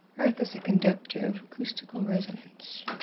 earth as a conductor of acoustical resonance.